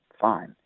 fine